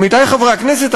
עמיתי חברי הכנסת,